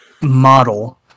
model